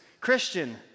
Christian